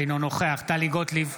אינו נוכח טלי גוטליב,